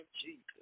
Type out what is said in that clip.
Jesus